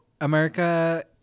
America